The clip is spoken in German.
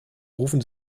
rufen